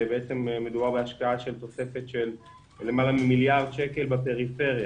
מדובר בתוספת של למעלה ממיליארד שקל בפריפריה.